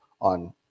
on